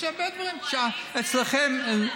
יש הרבה דברים שאצלכם הם,